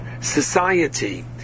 society